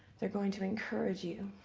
they're going to encourage you.